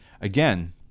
again